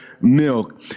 milk